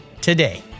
today